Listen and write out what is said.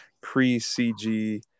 pre-cg